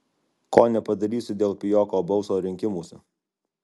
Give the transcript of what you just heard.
ko nepadarysi dėl pijoko balso rinkimuose